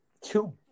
Two